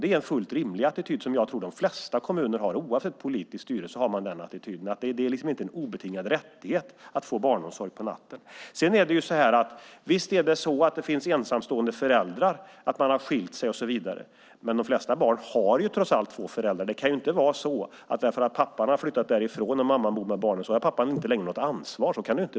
Det här är en fullt rimlig attityd som jag tror att de flesta kommuner har oavsett politisk styrning. Det är inte en obetingad rättighet att få barnomsorg på natten. Visst finns det ensamstående föräldrar; man kan ha skilt sig och så vidare. De flesta barn har dock trots allt två föräldrar. Att pappan har flyttat fråntar honom inte ansvar.